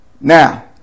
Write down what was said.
Now